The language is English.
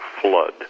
flood